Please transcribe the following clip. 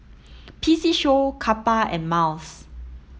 P C Show Kappa and Miles